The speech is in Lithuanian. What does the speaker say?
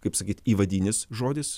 kaip sakyt įvadinis žodis